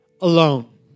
alone